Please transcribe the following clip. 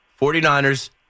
49ers